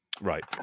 right